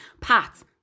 path